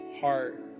heart